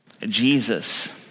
Jesus